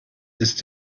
ist